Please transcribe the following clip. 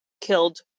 killed